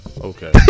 Okay